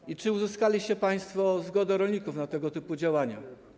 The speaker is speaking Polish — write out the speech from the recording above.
I czy uzyskaliście państwo zgodę rolników na tego typu działania?